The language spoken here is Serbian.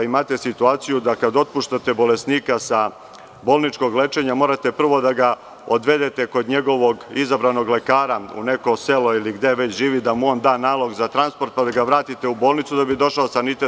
Imate situaciju da, kada otpuštate bolesnika sa bolničkog lečenja, morate prvo da ga odvedete kod njegovog izabranog lekara, u neko selo ili gde god živi, pa da mu on da nalog za transport, pa da ga vratite u bolnicu, kako bi došao sanitet.